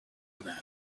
about